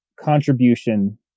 contribution